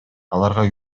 аларга